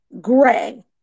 gray